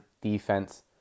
defense